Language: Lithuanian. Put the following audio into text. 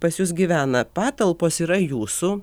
pas jus gyvena patalpos yra jūsų